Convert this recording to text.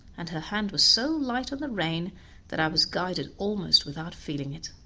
and her hand was so light on the rein that i was guided almost without feeling it.